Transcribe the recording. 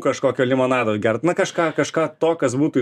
kažkokio limonado gert na kažką kažką to kas būtų